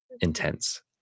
intense